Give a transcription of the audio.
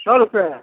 सओ रुपैए